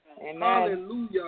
Hallelujah